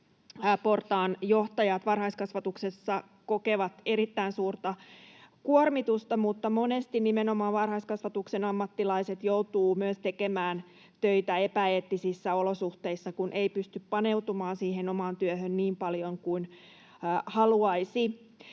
portaan johtajat varhaiskasvatuksessa kokevat erittäin suurta kuormitusta, mutta monesti nimenomaan varhaiskasvatuksen ammattilaiset joutuvat myös tekemään töitä epäeettisissä olosuhteissa, kun ei pysty paneutumaan siihen omaan työhön niin paljon kuin haluaisi.